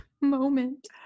moment